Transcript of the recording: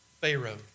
Pharaoh